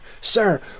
sir